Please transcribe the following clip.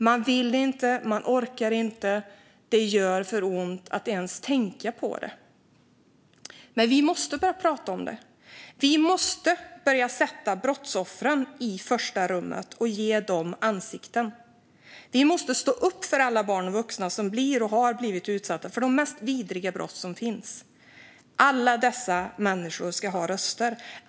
Man vill inte, man orkar inte och det gör för ont att ens tänka på det. Men vi måste börja prata om det. Vi måste börja sätta brottsoffren i första rummet och ge dem ansikten. Vi måste stå upp för alla barn och vuxna som blir och har blivit utsatta för de mest vidriga brott som finns. Alla dessa människor ska ha röster.